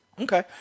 Okay